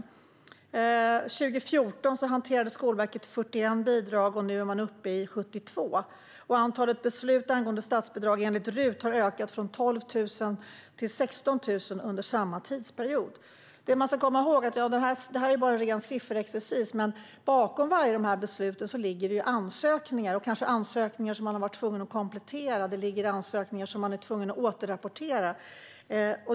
År 2014 hanterade Skolverket 41 bidrag och nu är man uppe i 72. Antalet beslut om statsbidrag har enligt riksdagens utredningstjänst ökat från 12 000 till 16 000 under samma tidsperiod. Det här är bara ren sifferexercis, men bakom varje beslut finns det ansökningar som man kanske har varit tvungen att komplettera eller återrapportera.